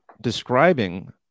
describing